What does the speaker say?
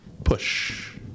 push